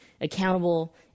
accountable